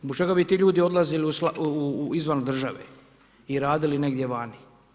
Zbog čega bi ti ljudi odlazili izvan države i radili negdje vani?